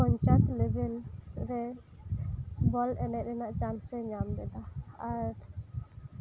ᱯᱚᱧᱪᱟᱭᱮᱛ ᱞᱮᱵᱮᱞ ᱨᱮ ᱵᱚᱞ ᱮᱱᱮᱡ ᱨᱮᱭᱟᱜ ᱪᱟᱱᱥᱮ ᱧᱟᱢ ᱞᱮᱫᱟ ᱟᱨ